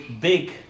big